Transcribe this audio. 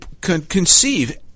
conceive